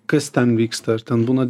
kas ten vyksta ar ten būna